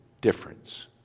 difference